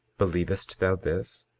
believest thou this?